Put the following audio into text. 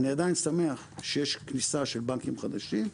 אני עדיין שמח שיש כניסה של בנקים חדשים,